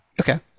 Okay